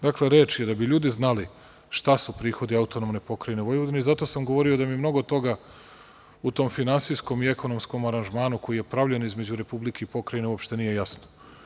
Dakle reč je, da bi ljudi znali šta su prihodi AP Vojvodine i zato sam govorio da mi mnogo toga u tom finansijskom i ekonomskom aranžmanu koji je pravljen između Republike i Pokrajine, uopšte nije jasno.